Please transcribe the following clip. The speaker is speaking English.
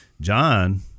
John